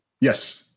Yes